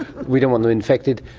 we don't want them infected.